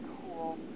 cool